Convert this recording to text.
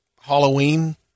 Halloween